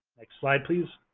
next slide, please.